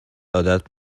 عادت